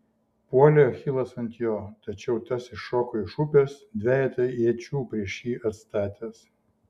puolė achilas ant jo tačiau tas iššoko iš upės dvejetą iečių prieš jį atstatęs